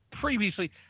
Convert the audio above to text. previously